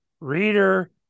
reader